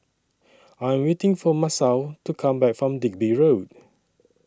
I'm waiting For Masao to Come Back from Digby Road